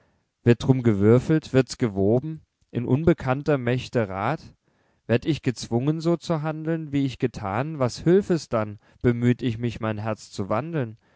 wird drum gewürfelt wird's gewoben in unbekannter mächte rath werd ich gezwungen so zu handeln wie ich gethan was hülf es dann bemüht ich mich mein herz zu wandeln